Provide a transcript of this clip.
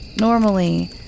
Normally